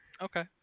Okay